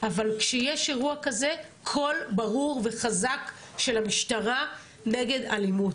אבל כשיש אירוע כזה צריך שיהיה קול ברור וחזק של המשטרה נגד אלימות.